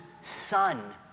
son